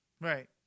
Right